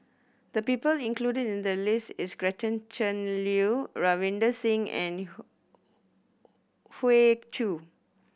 the people included in the list is Gretchen Liu Ravinder Singh and Hoey Choo